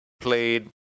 played